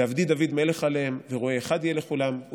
ועבדי דוד מלך עליהם ורועה אחד יהיה לכולם.